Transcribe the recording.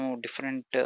different